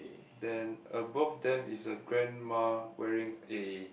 then above them is a grandma wearing a